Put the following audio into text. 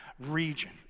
region